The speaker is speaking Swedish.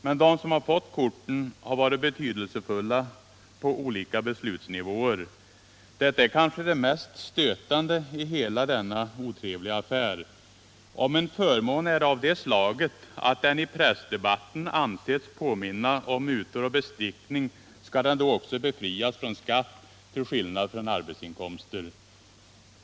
Men de som har fått korten har varit betydelsefulla på olika beslutsnivåer. Detta är kanske det mest stötande i hela denna otrevliga affär. Om en förmån är av det slaget att den i pressdebatten ansetts påminna om mutor och bestickning, skall den då också befrias från skatt till skillnad från arbetsinkomster?